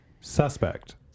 suspect